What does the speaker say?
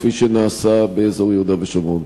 כפי שנעשה באזור יהודה ושומרון?